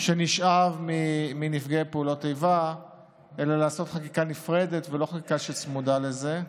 שנשאב מנפגעי פעולות איבה אלא לעשות חקיקה נפרדת ולא חקיקה שצמודה לזה.